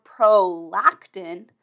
prolactin